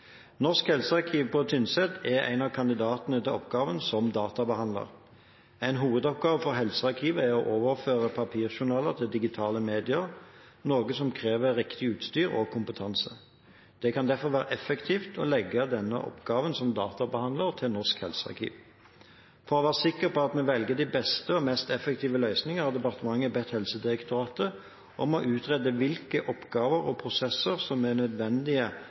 Norsk helsearkiv på Tynset er én av kandidatene til oppgaven som databehandler. En hovedoppgave for helsearkivet er å overføre papirjournaler til digitale medier, noe som krever riktig utstyr og kompetanse. Det kan derfor være effektivt å legge denne oppgaven som databehandler til Norsk helsearkiv. For å være sikker på at vi velger den beste og mest effektive løsningen, har departementet bedt Helsedirektoratet om å utrede hvilke oppgaver og prosesser som er nødvendige